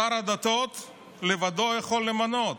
שר הדתות לבדו יכול למנות,